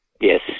yes